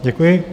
Děkuji.